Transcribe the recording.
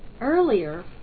earlier